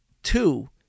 two